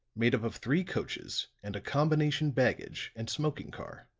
made up of three coaches and a combination baggage and smoking car.